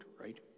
right